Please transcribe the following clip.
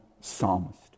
psalmist